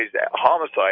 homicide